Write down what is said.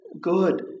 good